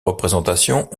représentations